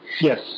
yes